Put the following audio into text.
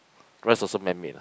rice also man made lah